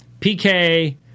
PK